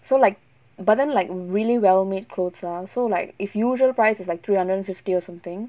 so like but then like really well made clothes lah so like if usual price is like three hundred and fifty or something